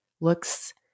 looks